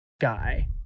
guy